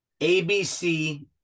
ABC